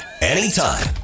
anytime